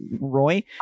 Roy